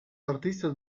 artistas